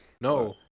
No